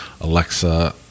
Alexa